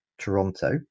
Toronto